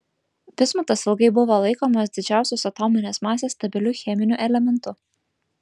bismutas ilgai buvo laikomas didžiausios atominės masės stabiliu cheminiu elementu